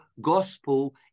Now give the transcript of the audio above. gospel